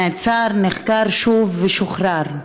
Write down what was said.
הוא נעצר, נחקר שוב, ושוחרר.